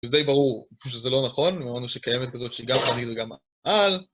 זה די ברור, שזה לא נכון, למרות שקיימת כזאת, שגם חנית וגם מעל.